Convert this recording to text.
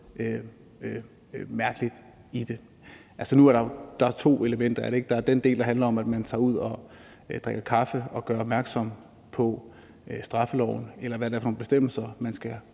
mærkeligt i det. Men nu er der jo to elementer i det. Der er den del, der handler om, at man tager ud og drikker kaffe og gør opmærksom på, hvad det er for nogle bestemmelser i straffeloven,